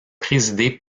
présidé